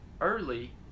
early